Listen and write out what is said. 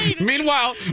Meanwhile